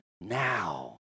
now